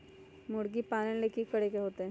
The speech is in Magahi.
मुर्गी पालन ले कि करे के होतै?